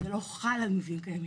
שזה לא חל על מבנים קיימים.